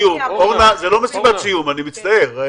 אורנה, זאת לא מסיבת סיום, אני מצטער.